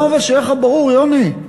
שיהיה לך ברור, יוני,